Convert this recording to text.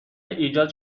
ایجاد